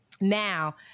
now